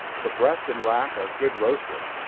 the breast and rack are good roasted.